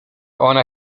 ona